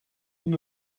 vous